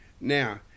Now